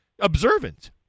observant